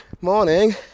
morning